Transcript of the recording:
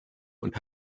und